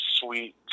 sweet